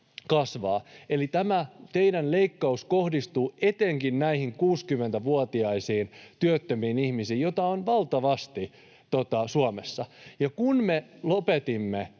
kasvamaan. Eli tämä teidän leikkaus kohdistuu etenkin näihin 60-vuotiaisiin työttömiin ihmisiin, joita on valtavasti Suomessa. Kun me lopetimme